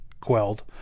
quelled